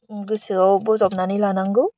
गोसोआव बोजबनानै लानांगौ